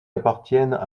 appartiennent